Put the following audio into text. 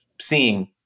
seeing